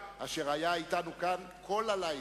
אשר היה אתנו כאן כל הלילה,